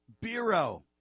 Bureau